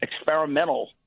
experimental